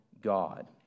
God